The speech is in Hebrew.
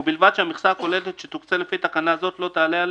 ובלבד שהמכסה הכוללת שתוקצה לפי תקנה זו לא תעלה על